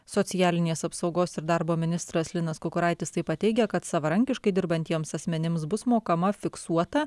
socialinės apsaugos ir darbo ministras linas kukuraitis taip pat teigė kad savarankiškai dirbantiems asmenims bus mokama fiksuota